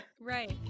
Right